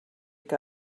que